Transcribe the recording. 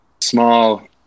small